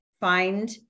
find